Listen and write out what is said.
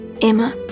Emma